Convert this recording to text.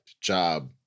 job